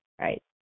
right